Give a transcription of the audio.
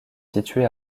situé